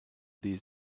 these